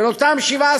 שירותם,